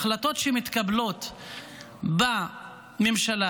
ההחלטות שמתקבלות בממשלה,